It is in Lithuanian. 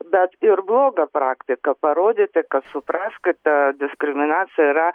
bet ir blogą praktiką parodyti kad suprask kad ta diskriminacija yra